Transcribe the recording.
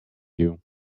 you